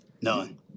None